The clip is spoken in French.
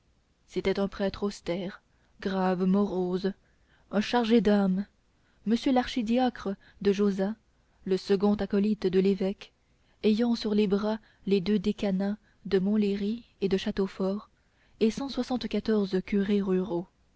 c'était un prêtre austère grave morose un chargé d'âmes monsieur l'archidiacre de josas le second acolyte de l'évêque ayant sur les bras les deux décanats de montlhéry et de châteaufort et cent soixante-quatorze curés ruraux